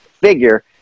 figure